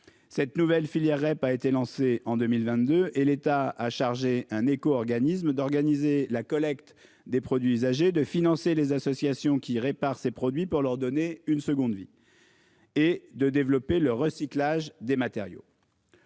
Cette nouvelle filière REP a été lancée en 2022 et l'État a chargé un éco-, organisme d'organiser la collecte des produits usagés de financer les associations qui répare ses produits pour leur donner une seconde vie. Et de développer le recyclage des matériaux.